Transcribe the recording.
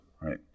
right